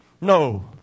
No